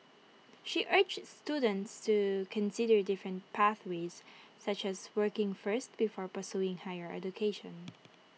she urged students to consider different pathways such as working first before pursuing higher education